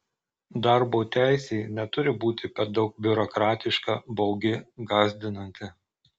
darbo teisė neturi būti per daug biurokratiška baugi gąsdinanti